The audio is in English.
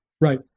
Right